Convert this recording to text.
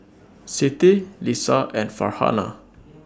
Siti Lisa and Farhanah